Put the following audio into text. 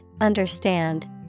understand